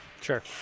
Sure